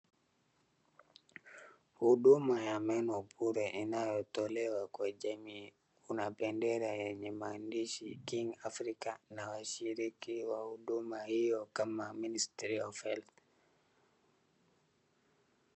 Huduma ya meno bure inayotolewa kwa jamii. Kuna bendera yenye maandishi King Africa na washiriki wa huduma hiyo kama Ministry of Health .